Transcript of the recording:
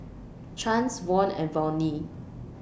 Chance Von and Volney